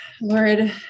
Lord